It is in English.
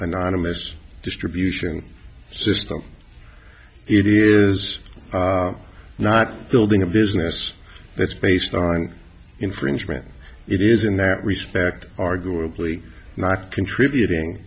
anonymous distribution system it is not building a business that's based on infringement it is in that respect arguably not contributing